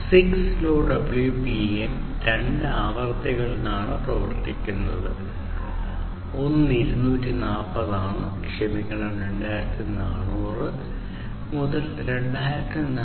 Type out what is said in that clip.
6LoWPAN രണ്ട് ആവൃത്തികളിലാണ് പ്രവർത്തിക്കുന്നത് ഒന്ന് 240 ആണ് ക്ഷമിക്കണം 2400 മുതൽ 2483